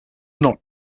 not